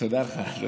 תודה לך.